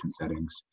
settings